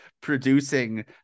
producing